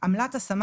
עמלת השמה